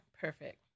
perfect